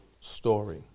story